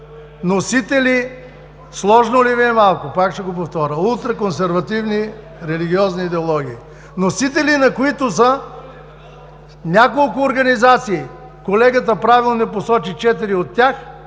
патриоти“.) Сложно ли Ви е малко? Пак ще го повторя: „ултраконсервативни религиозни идеологии“, носители на които са няколко организации. Колегата правилно посочи четири от тях,